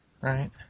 right